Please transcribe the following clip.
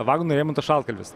vagonų rėmonto šaltkalvis